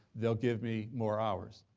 they'll give me more hours.